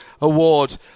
Award